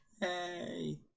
Hey